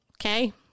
Okay